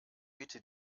bitte